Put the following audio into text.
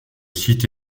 site